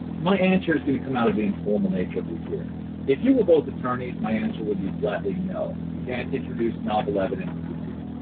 my answer is going to come out of the informal nature of these hearings. if you were both attorneys, my answer would be flatly, no, you can't introduce novel evidence at the hearing.